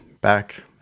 back